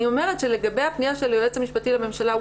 לגבי הפניה של היועץ המשפטי לממשלה,